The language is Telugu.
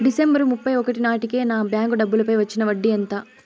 డిసెంబరు ముప్పై ఒకటి నాటేకి నా బ్యాంకు డబ్బుల పై వచ్చిన వడ్డీ ఎంత?